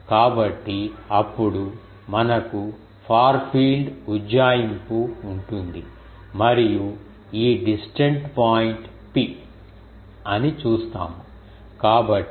కాబట్టి అప్పుడు మనకు ఫార్ ఫీల్డ్ ఉజ్జాయింపు ఉంటుంది మరియు ఈ డిస్టెంట్ పాయింట్ P